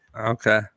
Okay